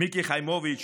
מיקי חיימוביץ',